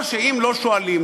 או שאם לא שואלים,